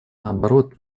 наоборот